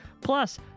Plus